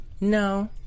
No